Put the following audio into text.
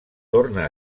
torna